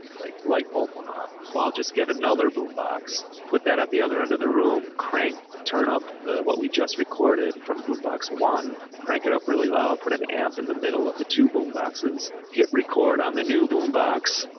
like light bulb went off. well, i'll just get another boombox put that at the other end of the room. crank turn up the, what we just recorded from boombox one, crank it up really loud, put an amp in the middle of the two boom boxes, hit record on the new boombox,